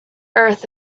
earth